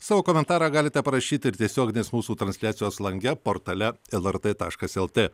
savo komentarą galite parašyti ir tiesioginės mūsų transliacijos lange portale lrt taškas lt